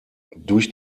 durch